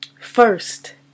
first